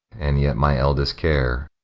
and yet my eldest care,